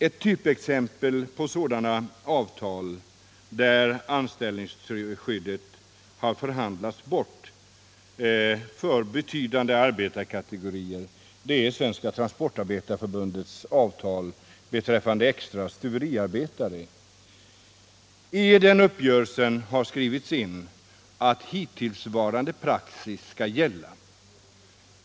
Ett typexempel på sådana avtal där anställningsskyddet har förhandlats bort för betydande arbetarkategorier är Svenska transportarbetareförbundets avtal beträffande extra stuveriarbetare. I den uppgörelsen har skrivits in att ”hittillsvarande praxis skall gälla”.